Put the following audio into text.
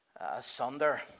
asunder